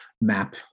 map